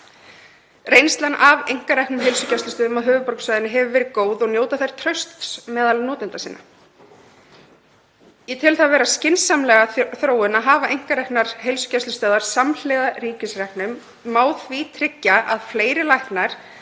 Reynslan af einkareknum heilsugæslustöðvum á höfuðborgarsvæðinu hefur verið góð og njóta þær trausts meðal notenda sinna. Ég tel það vera skynsamlega þróun að hafa einkareknar heilsugæslustöðvar samhliða ríkisreknum. Má því tryggja að fleiri læknar